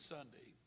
Sunday